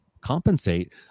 compensate